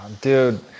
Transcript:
Dude